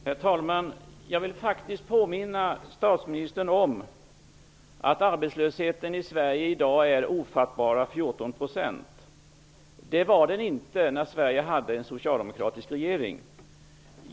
Herr talman! Jag vill faktiskt påminna statsministern om att arbetslösheten i Sverige i dag ligger på ofattbara 14 %. Det gjorde den inte när Sverige hade en socialdemokratisk regering.